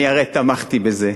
אני הרי תמכתי בזה,